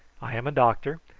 i am a doctor,